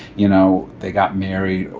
you know, they got married.